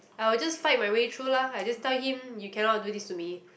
I will just fight my way through lah I just tell him you cannot do this to me